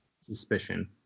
suspicion